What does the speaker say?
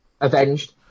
Avenged